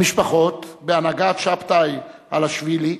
המשפחות, בהנהגת שבתאי אלהשווילי,